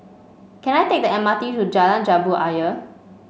can I take the M R T to Jalan Jambu Ayer